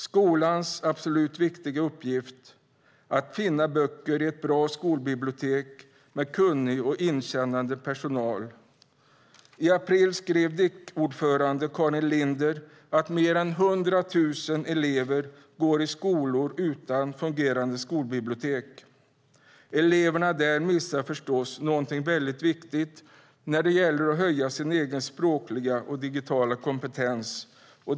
Skolan har en viktig uppgift i att ha böcker i bra skolbibliotek med kunnig och inkännande personal. I april skrev DIK:s ordförande Karin Linder att mer än 100 000 elever går i skolor utan fungerande skolbibliotek. Eleverna där missar förstås något viktigt när det gäller att höja sin egen språkliga och digitala kompetens.